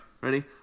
Ready